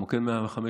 מוקד 105,